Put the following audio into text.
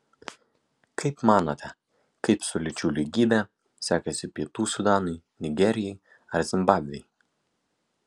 kaip manote kaip su lyčių lygybe sekasi pietų sudanui nigerijai ar zimbabvei